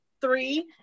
three